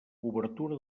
obertura